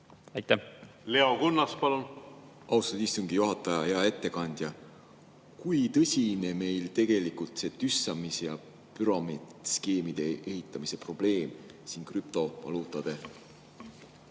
palun! Leo Kunnas, palun! Austatud istungi juhataja! Hea ettekandja! Kui tõsine meil tegelikult see tüssamis‑ ja püramiidskeemide ehitamise probleem krüptovaluutade